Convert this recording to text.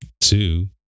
two